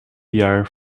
jaar